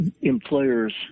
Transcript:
employers